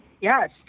Yes